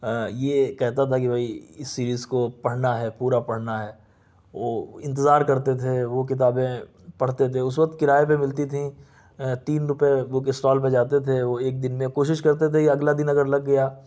یہ کہتا تھا کہ بھئی اس سیریز کو پڑھنا ہے پورا پڑھنا ہے انتظار کرتے تھے وہ کتابیں پڑھتے تھے اس وقت کرائے پر ملتی تھی تین روپئے بک اسٹال پر جاتے تھے وہ ایک دن میں کوشش کرتے تھے اگلا دن اگر لگ گیا